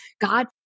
God